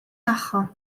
tagħha